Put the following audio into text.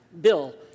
bill